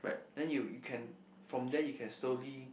then you you can from there you can slowly